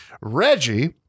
Reggie